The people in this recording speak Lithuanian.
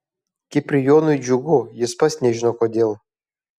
kiprijonui džiugu jis pats nežino kodėl